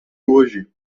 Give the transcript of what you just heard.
hoje